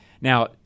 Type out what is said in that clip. Now